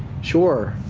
sure.